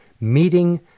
meeting